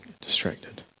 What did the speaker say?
distracted